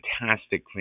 fantastic